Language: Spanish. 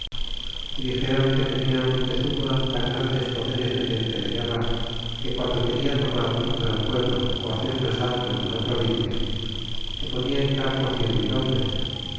y dixeron que tenia montezuma tan grandes poderes de gente de guerra que guando quena tomar un gran pueblo ó hacer un asalto en una provincia que ponla en campo cien mil hombres